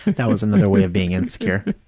that was another way of being insecure.